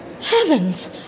Heavens